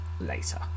later